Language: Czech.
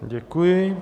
Děkuji.